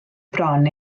bron